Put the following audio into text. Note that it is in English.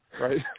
right